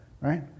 right